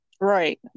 Right